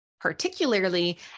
particularly